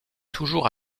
toujours